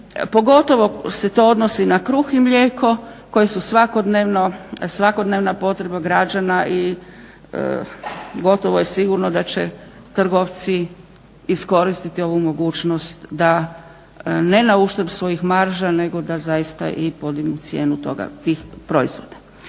pogotovo se to odnosi na kruh i mlijeko koji su svakodnevna potreba građana i gotovo je sigurno da će trgovci iskoristiti ovu mogućnost da ne na uštrb svojih marža nego da zaista i podignu cijenu tih proizvoda.